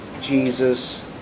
Jesus